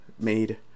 made